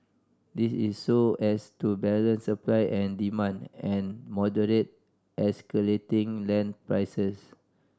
this is so as to balance supply and demand and moderate escalating land prices